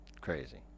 Crazy